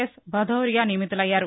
yes Bhadauria నియమితులయ్యారు